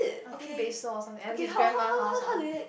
I think basil or something at his grandma's house ah